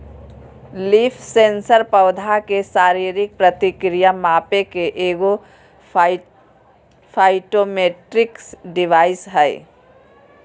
leaf sensor पौधा के शारीरिक प्रक्रिया मापे के एगो फाइटोमेट्रिक डिवाइस हइ